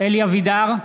אלי אבידר,